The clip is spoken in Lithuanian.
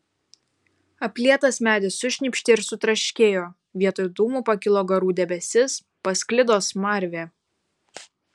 aplietas medis sušnypštė ir sutraškėjo vietoj dūmų pakilo garų debesis pasklido smarvė